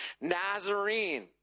Nazarene